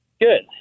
Good